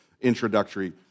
introductory